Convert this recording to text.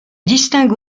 distingue